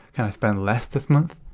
can i spend less this month?